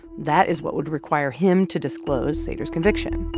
that is what would require him to disclose sater's conviction.